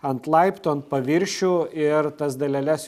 ant laiptų ant paviršių ir tas daleles